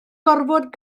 gorfod